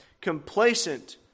Complacent